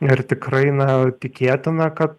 ir tikrai na tikėtina kad